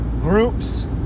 groups